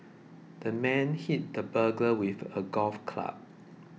the man hit the burglar with a golf club